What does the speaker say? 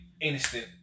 instant